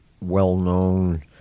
well-known